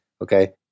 okay